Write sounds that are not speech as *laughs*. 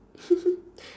*laughs*